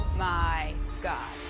my god.